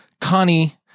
Connie